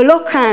אבל לא כאן.